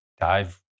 dive